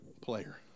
player